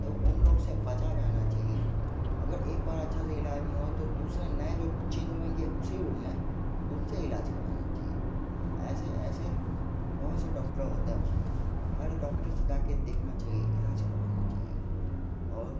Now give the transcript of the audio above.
तो उन लोग से बचा जाना चाहिए अगर एक बार अच्छा से इलाज नहीं हो तो दूसरे नए जो चेंज होएंगे उसी रूम में उनसे इलाज करवाना चाहिए ऐसे ऐसे बहुत से डॉक्टर होते हैं उस में हर डॉक्टर से जा के देखना चाहिए इलाज करवाना चाहिए और